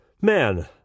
man